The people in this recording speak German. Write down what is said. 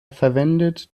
verwendet